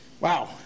Wow